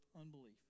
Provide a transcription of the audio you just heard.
unbelief